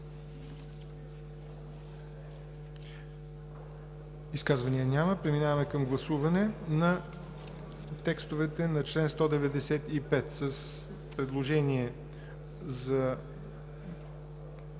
Изказвания няма. Преминаваме към гласуване на текстовете на чл. 195 с предложението за